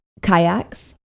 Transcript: kayaks